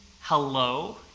hello